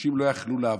אנשים לא יכלו לעבור.